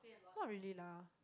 not really lah